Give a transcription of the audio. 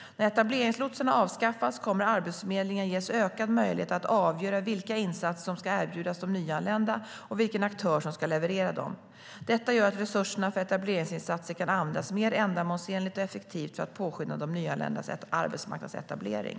När etableringslotsarna avskaffas kommer Arbetsförmedlingen ges ökad möjlighet att avgöra vilka insatser som ska erbjudas de nyanlända och vilken aktör som ska leverera dem. Detta gör att resurserna för etableringsinsatser kan användas mer ändamålsenligt och effektivt för att påskynda de nyanländas arbetsmarknadsetablering.